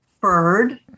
furred